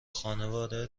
خانواده